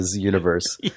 universe